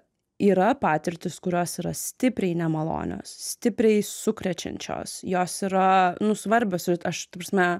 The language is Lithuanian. yra patirtys kurios yra stipriai nemalonios stipriai sukrečiančios jos yra nu svarbios ir aš ta prasme